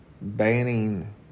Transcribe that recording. banning